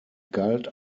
galt